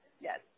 Yes